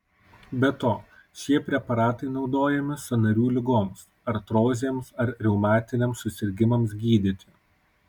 be to šie preparatai naudojami sąnarių ligoms artrozėms ar reumatiniams susirgimams gydyti